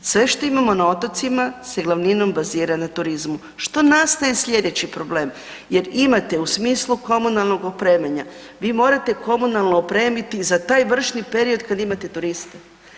Sve što imamo na otocima se glavninom bazira na turizmu, što nastaje sljedeći problem jer imate u smislu komunalnog opremanje, vi morate komunalno opremiti za taj vršni period kad imate turiste.